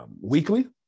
weekly